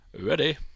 ready